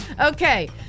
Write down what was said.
Okay